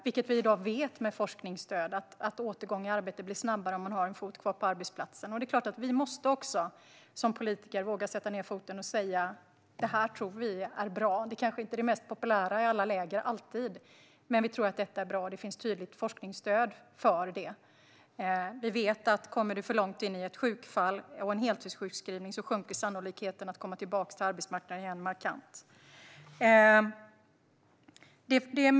Det finns stöd i forskningen i dag för att återgång till arbete går snabbare om man har en fot kvar på arbetsplatsen. Vi politiker måste också våga sätta ned foten och säga: Det här tror vi är bra. Det är kanske inte alltid det mest populära i alla läger. Men vi tror att det är bra, och det finns tydligt forskningsstöd för det. Vi vet att sannolikheten för att komma tillbaka till arbetsmarknaden sjunker markant om ett sjukfall kommer för långt i en heltidssjukskrivning.